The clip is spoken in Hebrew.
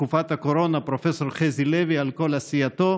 בתקופת הקורונה פרופ' חזי לוי על כל עשייתו,